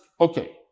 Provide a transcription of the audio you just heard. Okay